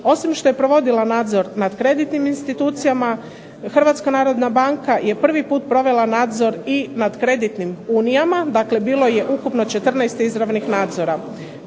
Osim što je provodila nadzor nad kreditnim institucijama Hrvatska narodna banka je prvi put provela nadzor i nad kreditnim unijama. Dakle, bilo je ukupno izravnih nadzora.